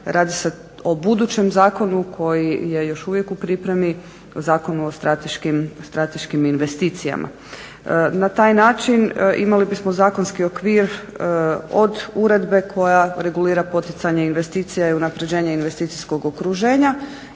radi se o budućem zakonu koji je još uvijek u pripremi zakonu o strateškim investicijama. Na taj način imali bismo zakonski okvir od uredbe koja regulira poticanje investicija i unapređenje investicijskog okruženja